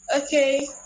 Okay